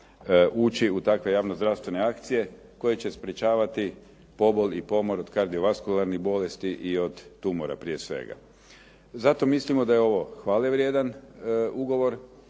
ući u takve javnozdravstvene akcije koje će sprječavati pobol i pomor od kardiovaskularnih bolesti i od tumora prije svega. Zato mislimo da je ovo hvalevrijedan ugovor,